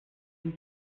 sie